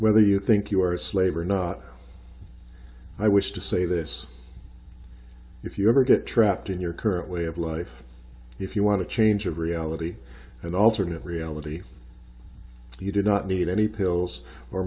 whether you think you are a slave or not i wish to say this if you ever get trapped in your current way of life if you want to change of reality and alternate reality you do not need any pills or